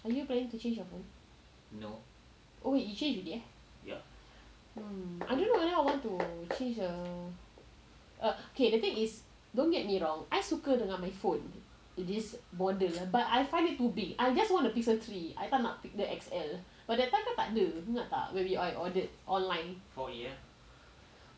are you planning to change your phone oh wait you change already ah I don't know whether I want to change a okay the thing is don't get me wrong I suka dengan my phone which is the model but I find it too big I just wanna pixel three I tak nak pixel X_L but that time kan tak ada ingat tak I ordered online